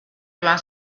joan